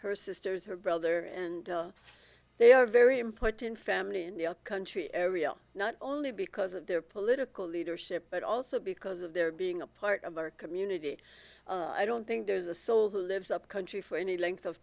her sisters her brother and they are very important family in the country area not only because of their political leadership but also because of their being a part of our community i don't think there's a soul who lives up country for any length of